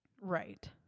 Right